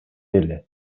эле